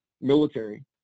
military